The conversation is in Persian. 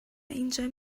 اینجا